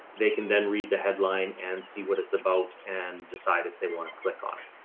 they can then read the headline and see what it's about and decide if they want to click on it.